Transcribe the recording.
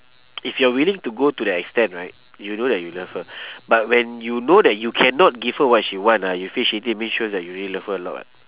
if you are willing to go to that extent right you know that you love her but when you know that you cannot give her what she want ah you feel shitty mean shows that you really love her a lot